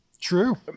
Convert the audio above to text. True